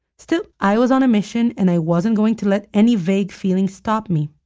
still, i was on a mission, and i wasn't going to let any vague feelings stop me